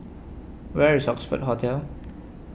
Where IS Oxford Hotel